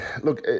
Look